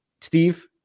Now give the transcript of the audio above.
Steve